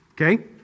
Okay